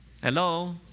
Hello